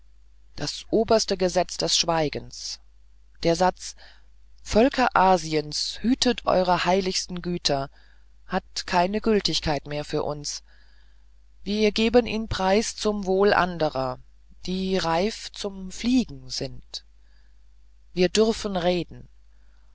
das oberste gesetz des schweigens der satz völker asiens hütet eure heiligsten güter hat keine gültigkeit mehr für uns wir geben ihn preis zum wohl derer die reif zum fliegen sind wir dürfen reden